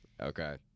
Okay